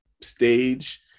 stage